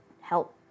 help